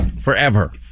forever